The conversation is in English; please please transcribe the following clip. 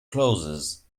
closes